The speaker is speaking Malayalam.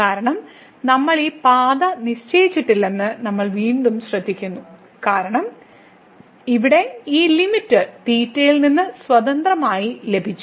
കാരണം നമ്മൾ ഈ പാത നിശ്ചയിച്ചിട്ടില്ലെന്ന് നമ്മൾ വീണ്ടും ശ്രദ്ധിക്കുന്നു കാരണം ഇവിടെ ഈ ലിമിറ്റ് തീറ്റയിൽ നിന്ന് സ്വതന്ത്രമായി ലഭിച്ചു